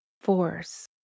force